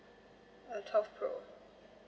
uh twelve pro